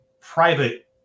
private